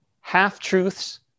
half-truths